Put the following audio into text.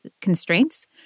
constraints